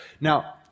Now